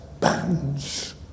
bands